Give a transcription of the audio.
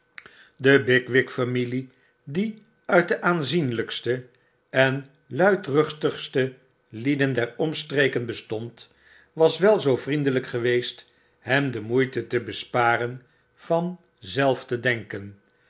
de bigwig familie die nit de aanzienlijkste en luidruchtigste lieden deromstreken bestond was wel zoo vriendelyk geweesthem de moeite te besparen van zelf te denken